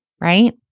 right